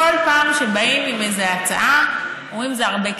כל פעם שבאים עם איזו הצעה, אומרים: זה הרבה כסף.